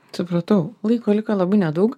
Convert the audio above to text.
supratau laiko liko labai nedaug